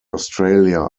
australia